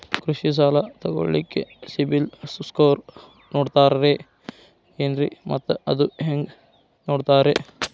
ಕೃಷಿ ಸಾಲ ತಗೋಳಿಕ್ಕೆ ಸಿಬಿಲ್ ಸ್ಕೋರ್ ನೋಡ್ತಾರೆ ಏನ್ರಿ ಮತ್ತ ಅದು ಹೆಂಗೆ ನೋಡ್ತಾರೇ?